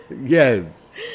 Yes